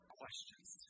questions